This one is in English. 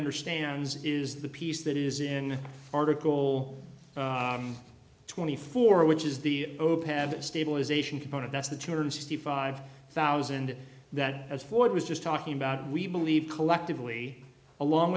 understands is the piece that is in article twenty four which is the stabilization component that's the two hundred sixty five thousand that as ford was just talking about we believe collectively along